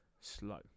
slow